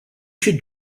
should